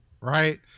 right